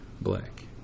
black